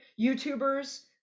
YouTubers